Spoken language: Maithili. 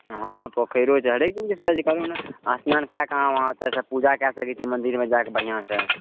हँ पोखैरो छै हरेक चीजके सुविधा छै कहलहुॅं ने स्नान कए कऽ अहाँ वहाँ अच्छा सऽ पूजा कए सकै छियै मन्दिरमे जाकऽ बढ़िऑं सऽ